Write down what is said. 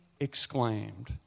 Exclaimed